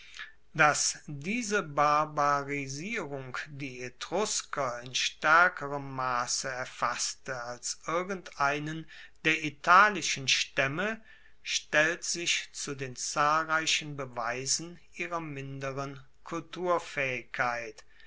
dass diese barbarisierung die etrusker in staerkerem masse erfasste als irgendeinen der italischen staemme stellt sich zu den zahlreichen beweisen ihrer minderen